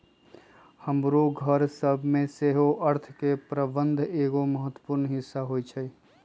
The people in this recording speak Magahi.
हमरो घर सभ में सेहो अर्थ के प्रबंधन एगो महत्वपूर्ण हिस्सा होइ छइ